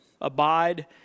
abide